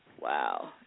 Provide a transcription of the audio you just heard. Wow